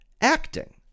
acting